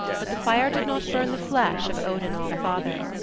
but the fire did not burn the flesh of odin all-father.